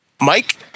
Mike